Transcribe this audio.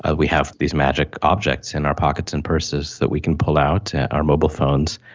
ah we have these magic object in our pockets and purses that we can pull out, our mobile phones,